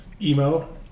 Emo